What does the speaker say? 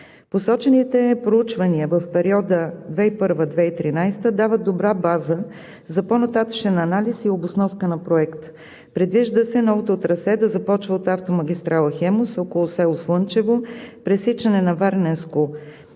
Посочените проучвания в периода 2001 – 2013 г. дават добра база за по нататъшен анализ и обосновка на Проекта. Предвижда се новото трасе да започва от автомагистрала „Хемус“ около село Слънчево, пресичане на